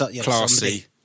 classy